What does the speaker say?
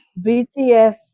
BTS